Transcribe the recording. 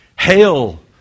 Hail